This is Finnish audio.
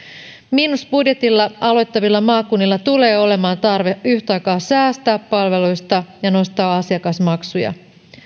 miinusbudjetilla aloittavilla maakunnilla tulee olemaan tarve yhtä aikaa säästää palveluista ja nostaa asiakasmaksuja